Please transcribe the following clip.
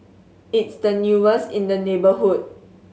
it's the newest in the neighbourhood